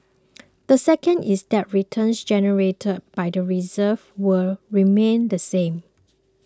the second is that returns generated by the reserves will remain the same